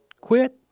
Quit